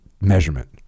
measurement